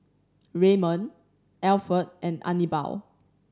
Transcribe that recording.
Ramon Alferd and Anibal